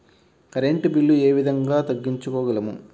Current bill ఏ విధంగా తగ్గించుకోగలము?